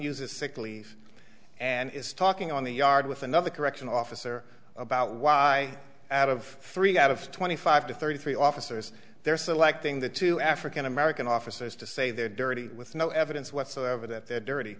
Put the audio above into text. use a sick leave and is talking on the yard with another correction officer about why out of three out of twenty five to thirty three officers they're selecting the two african american officers to say they're dirty with no evidence whatsoever that